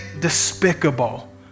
despicable